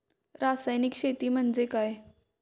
रासायनिक शेती म्हणजे काय?